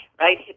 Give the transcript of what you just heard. right